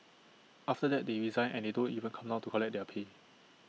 after that they resign and they don't even come down to collect their pay